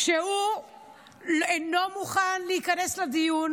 כשהוא מסרב לדון ביום שאחרי,